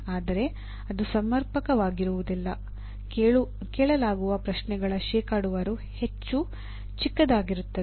ಆದರೆ ಅದು ಸಮರ್ಪಕವಾಗಿರುವುದಿಲ್ಲ ಕೇಳಲಾಗುವ ಪ್ರಶ್ನೆಗಳ ಶೇಕಡಾವಾರು ಹೆಚ್ಚು ಚಿಕ್ಕದಾಗಿರುತ್ತದೆ